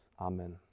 Amen